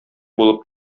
булып